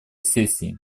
сессии